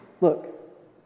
look